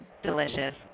Delicious